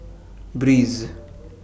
Breeze